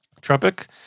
Tropic